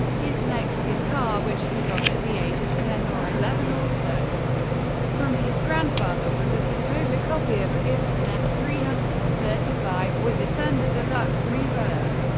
his next guitar, which he got at the age of ten or eleven, also from his grandfather, was a sekova copy of a gibson es three hundred and thirty five, with a fender deluxe reverb.